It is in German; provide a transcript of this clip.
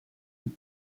und